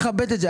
מכבד את זה,